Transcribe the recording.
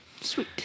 Sweet